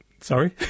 Sorry